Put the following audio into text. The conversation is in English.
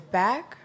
back